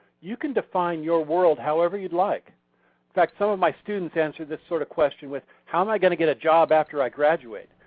you can define your world however you'd like. in fact some of my students answered this sort of question with how am i going to get a job after i graduate?